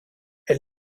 elle